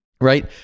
Right